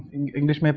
in english.